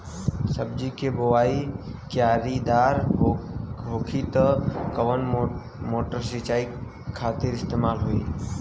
सब्जी के बोवाई क्यारी दार होखि त कवन मोटर सिंचाई खातिर इस्तेमाल होई?